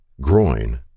groin